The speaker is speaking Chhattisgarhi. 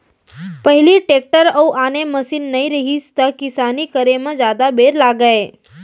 पहिली टेक्टर अउ आने मसीन नइ रहिस त किसानी करे म जादा बेर लागय